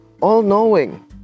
all-knowing